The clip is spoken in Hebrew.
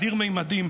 אדיר ממדים,